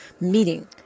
meeting